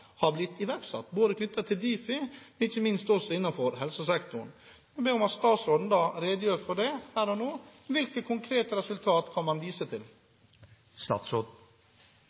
har fremmet, har blitt iverksatt – både knyttet til Difi og ikke minst innenfor helsesektoren? Jeg vil be om at statsråden redegjør for det her og nå: Hvilke konkrete resultat kan man vise